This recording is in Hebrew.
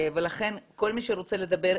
לכן כל מי שרוצה לדבר,